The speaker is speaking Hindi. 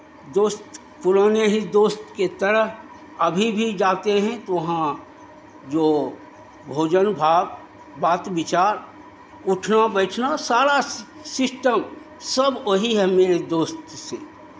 दोस्त पुराने ही दोस्त के तरह अभी भी जाते हैं तो वहाँ जो भोजन भात बात विचार उठना बैठना सारा सिस्टम सब वही है मेरे दोस्त से